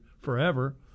forever